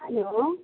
hello